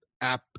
app